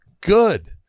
good